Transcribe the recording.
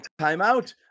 timeout